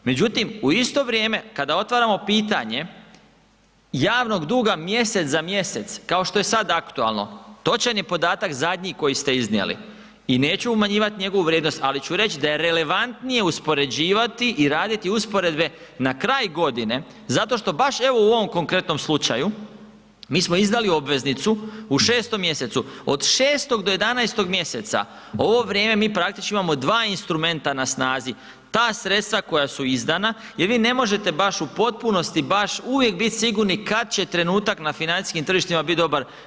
Međutim u isto vrijeme kada otvaramo pitanje javnog duga mjesec za mjesec, kao što je sad aktualno, točan je podatak zadnji koji ste iznijeli i neću umanjivat njegovu vrijednost, ali ću reći da je relevantnije uspoređivati i raditi usporedbe na kraj godine zato što baš evo u ovom konkretnom slučaju mi smo izdali obveznicu u 6. mjesecu, od 6. do 11. mjeseca ovo vrijeme mi praktički imamo dva instrumenta na snazi, ta sredstva koja su izdana jer vi ne možete baš u potpunosti baš uvijek biti sigurni kad će trenutak na financijskim tržištima biti dobar.